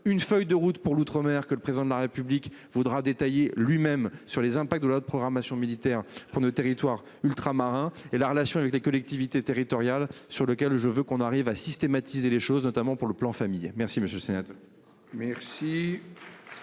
une feuille de route pour l'outre-mer que le président de la République vaudra détaillé lui-même sur les impacts de loi de programmation militaire pour nos territoires ultramarins et la relation avec les collectivités territoriales sur lequel je veux qu'on arrive à systématiser les choses, notamment pour le plan famille. Merci monsieur le sénateur.